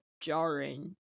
jarring